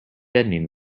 deadening